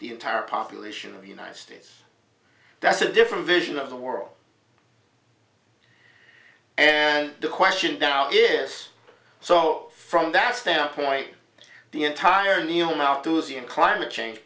the entire population of the united states that's a different vision of the world and the question now is so from that standpoint the entire neo now to z and climate change